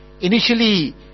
Initially